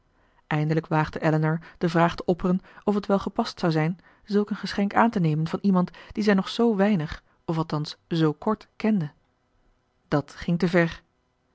eindelijk waagde elinor de vraag te opperen of het wel gepast zou zijn zulk een geschenk aan te nemen van iemand dien zij nog zoo weinig of althans zoo kort kende dat ging te ver